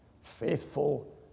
faithful